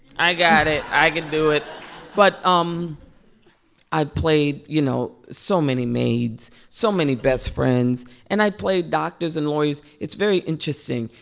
i got it. i can do it but um i played, you know, so many maids, so many best friends. and i played doctors and lawyers. it's very interesting.